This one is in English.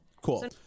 cool